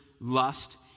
lust